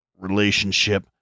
relationship